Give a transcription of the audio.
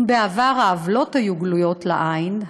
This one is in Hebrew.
אם בעבר העוולות היו גלויות לעין,